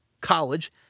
college